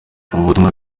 ubutumwa